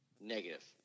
Negative